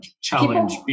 challenge